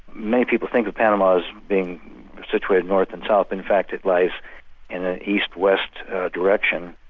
many people think of panama as being situated north and south in fact it lies in an east-west direction.